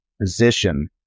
position